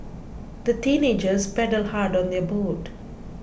the teenagers paddled hard on their boat